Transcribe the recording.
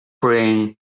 bring